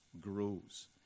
grows